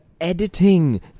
editing